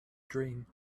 dream